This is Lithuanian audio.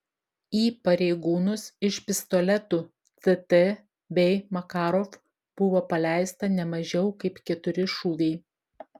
į pareigūnus iš pistoletų tt bei makarov buvo paleista ne mažiau kaip keturi šūviai